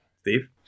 Steve